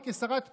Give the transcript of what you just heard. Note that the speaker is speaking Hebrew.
כשרת פנים,